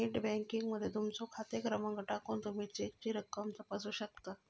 net banking मध्ये तुमचो खाते क्रमांक टाकून तुमी चेकची रक्कम तपासू शकता